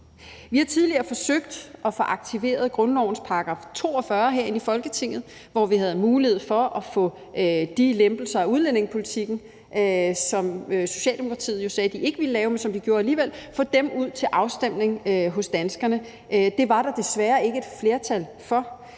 Vi har tidligere forsøgt at få aktiveret grundlovens § 42 herinde i Folketinget, hvor vi havde mulighed for at få de lempelser af udlændingepolitikken, som Socialdemokratiet jo sagde at de ikke ville lave, men som de alligevel lavede, ud til afstemning hos danskerne. Det var der desværre ikke et flertal for.